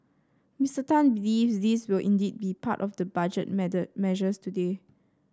Mister Tan believes these will indeed be part of the Budget measures today